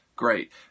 great